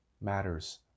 matters